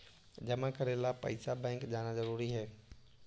जमा करे ला पैसा बैंक जाना जरूरी है?